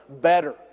better